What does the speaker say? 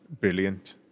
brilliant